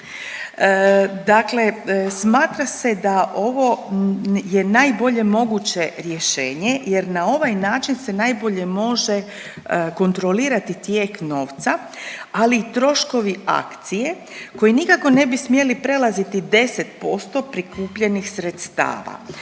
Dakle, smatra da se ovo je najbolje moguće rješenje jer na ovaj način se najbolje može kontrolirati tijek novca, ali troškovi akcije koji nikako ne bi smjeli prelaziti 10% prikupljenih sredstava.